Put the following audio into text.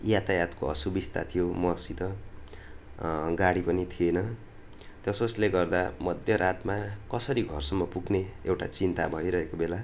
यातायतको असुविस्ता थियो मसित गाडी पनि थिएन त्यसोसले गर्दा मध्यरातमा कसरी घरसम्म पुग्ने एउटा चिन्ता भइरहेको बेला